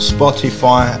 Spotify